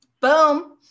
Boom